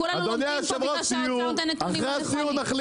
כולנו יושבים פה כי האוצר נותן נתונים לא נכונים.